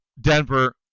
Denver